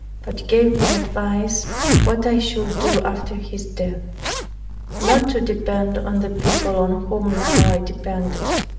but gave me advice what i should do after his death not to depend on the people on whom now i depended.